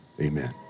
amen